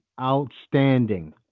Outstanding